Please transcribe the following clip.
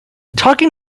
talking